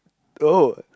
oh